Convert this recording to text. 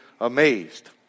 amazed